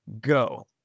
Go